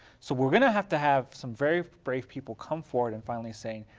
so we're going to have to have some very brave people come forward and finally say,